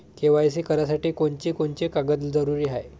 KYC करासाठी कोनची कोनची कागद जरुरी हाय?